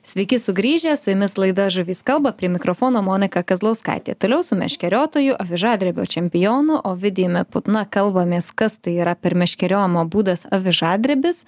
sveiki sugrįžę su jumis laida žuvys kalba prie mikrofono monika kazlauskaitė toliau su meškeriotoju avižadrebio čempionu ovidijumi putna kalbamės kas tai yra per meškeriojimo būdas avižadrebis